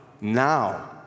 now